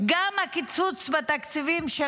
גם הקיצוץ בתקציבים של